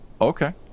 Okay